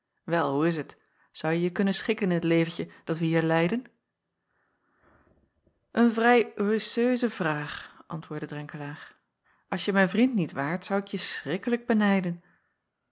wel hoe is t zouje je kunnen schikken in t leventje dat wij hier leiden een vrij oiseuse vraag antwoordde drenkelaer als je mijn vriend niet waart zou ik je schrikkelijk benijden